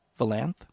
Valanth